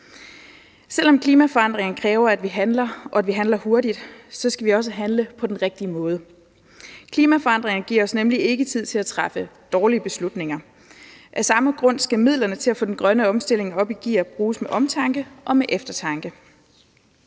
Selv om klimaforandringer kræver, at vi handler, og at vi handler hurtigt, skal vi også handle på den rigtige måde, for klimaforandringerne giver os nemlig ikke tid til at træffe dårlige beslutninger. Af samme grund skal midlerne til at få den grønne omstilling op i gear bruges med omtanke og med eftertanke.